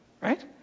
Right